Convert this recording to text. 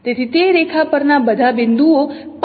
તેથી તે રેખા પરના બધા બિંદુઓ પર પ્રક્ષેપ થાય છે